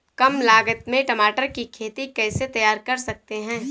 कम लागत में टमाटर की खेती कैसे तैयार कर सकते हैं?